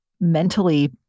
mentally